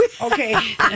Okay